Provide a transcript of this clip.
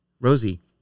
Rosie